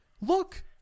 look